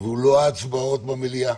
ולא ההצבעות במליאה